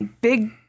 big